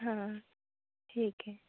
हाँ ठीक है